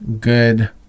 good